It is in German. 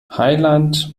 heiland